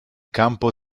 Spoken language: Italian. campo